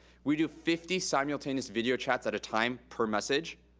we do fifty simultaneous video chats at a time per message.